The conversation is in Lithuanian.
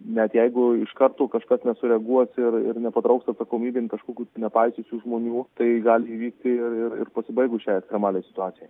net jeigu iš karto kažkas nesureaguos ir ir nepatrauks atsakomybėn kažkokių nepaisiusių žmonių tai gali įvykti ir ir ir pasibaigus šiai ekstremaliai situacijai